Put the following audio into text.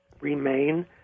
remain